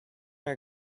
are